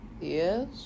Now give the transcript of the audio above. Yes